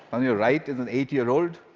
on your right is an eight-year-old.